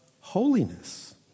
holiness